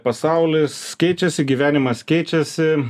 pasaulis keičiasi gyvenimas keičiasi